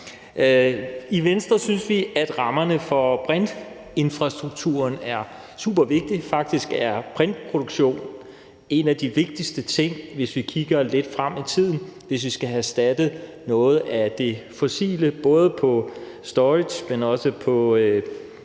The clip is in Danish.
I Venstre synes vi, at rammerne for brintinfrastrukturen er supervigtige. Faktisk er brintproduktion, hvis vi kigger lidt frem i tiden, en af de vigtigste ting, hvis vi skal have erstattet noget af det fossile, både i forhold storage, men også i